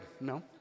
No